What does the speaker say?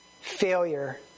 failure